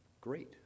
great